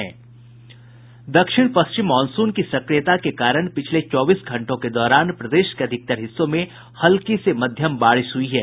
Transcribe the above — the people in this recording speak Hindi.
दक्षिण पश्चिम मॉनसून की सक्रियता के कारण पिछले चौबीस घंटों के दौरान प्रदेश के अधिकतर हिस्सों में हल्की से मध्यम बारिश हुई है